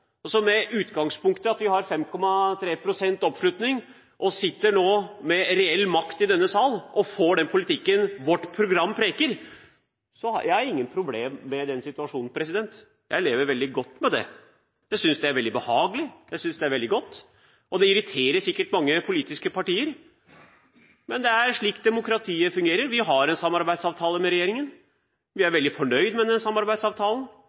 syn. Så hvorfor skal vi gå rundt og være engstelige, bekymret eller stå til rette, når vi får vedtatt Venstres politikk i denne salen? Med det utgangspunktet at vi har 5,3 pst. oppslutning og nå sitter med reell makt i denne sal, og får den politikken vårt program preker, har jeg ingen problemer med den situasjonen. Jeg lever veldig godt med det. Jeg synes det er veldig behagelig, jeg synes det er veldig godt, og det irriterer sikkert mange politiske partier. Men det er slik